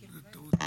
לכן נסיים.